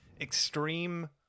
extreme